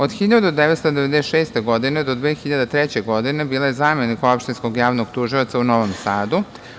Od 1996-2003. godine je bila zamenik Opštinskog javnog tužioca u Novom Sadu.